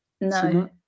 No